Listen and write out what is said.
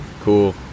cool